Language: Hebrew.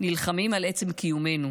נלחמים על עצם קיומנו.